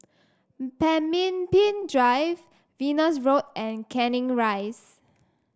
Pemimpin Drive Venus Road and Canning Rise